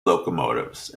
locomotives